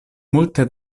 multe